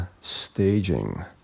staging